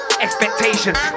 Expectations